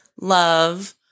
love